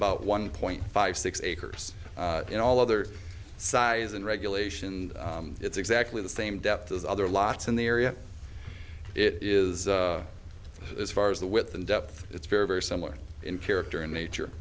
about one point five six acres in all other size and regulations and it's exactly the same depth as other lots in the area it is as far as the width and depth it's very very similar in character in nature